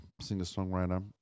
singer-songwriter